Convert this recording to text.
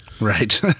right